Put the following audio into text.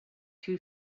two